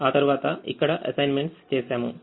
ఆ తర్వాత ఇక్కడ అసైన్మెంట్స్ చేశాము